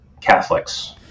Catholics